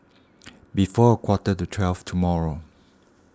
before a quarter to twelve tomorrow